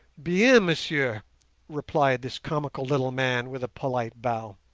bien, messieurs replied this comical little man, with a polite bow.